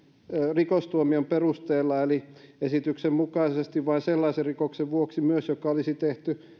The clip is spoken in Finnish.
rikostuomion perusteella eli esityksen mukaisesti vain sellaisen rikoksen vuoksi joka olisi tehty